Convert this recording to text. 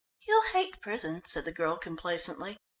he'll hate prison, said the girl complacently.